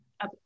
up